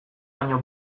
baino